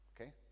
okay